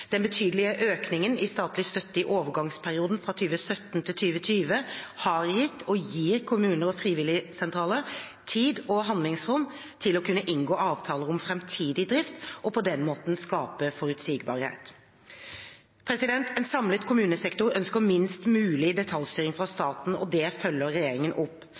Den betydelige økningen i statlig støtte i overgangsperioden fra 2017 til 2020 har gitt og gir kommuner og frivilligsentraler tid og handlingsrom til å kunne inngå avtaler om framtidig drift, og på den måten skape forutsigbarhet. En samlet kommunesektor ønsker minst mulig detaljstyring fra staten, og det følger regjeringen opp.